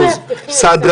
הם לא מאבטחים, הם סדרנים.